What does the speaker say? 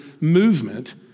movement